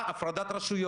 מתן הפטור?